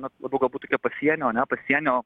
na labiau galbūt tokie pasienio ane pasienio